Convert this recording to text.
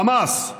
חמאס,